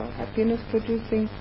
happiness-producing